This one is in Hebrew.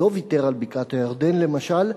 לא ויתר על בקעת-הירדן למשל,